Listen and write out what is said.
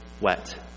wet